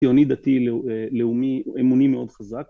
ציוני דתי, לאומי, אמוני מאוד חזק